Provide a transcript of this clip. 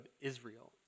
Israel